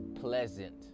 pleasant